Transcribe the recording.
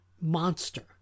monster